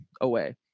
away